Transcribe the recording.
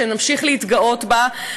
שנמשיך להתגאות בה,